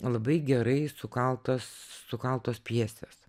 labai gerai sukaltas sukaltos pjesės